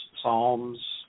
psalms